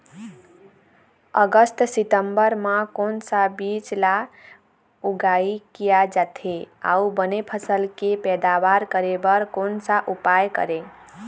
अगस्त सितंबर म कोन सा बीज ला उगाई किया जाथे, अऊ बने फसल के पैदावर करें बर कोन सा उपाय करें?